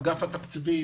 אגף התקציבים,